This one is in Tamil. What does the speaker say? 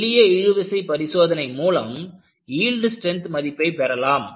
எளிய இழுவிசை பரிசோதனை மூலம் யீல்டு ஸ்ட்ரென்த் மதிப்பை பெறலாம்